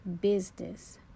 business